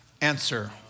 Answer